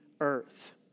earth